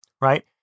right